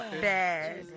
bad